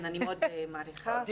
אני מאוד מעריכה.